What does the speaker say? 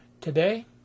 today